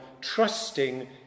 Trusting